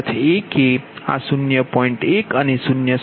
1 અને 0